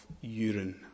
urine